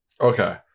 Okay